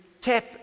tap